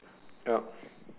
yep